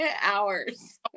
hours